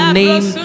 name